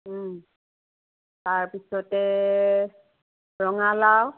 তাৰপিছতে ৰঙালাউ